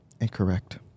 Incorrect